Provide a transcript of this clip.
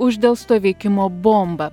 uždelsto veikimo bomba